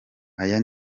ayo